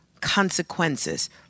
consequences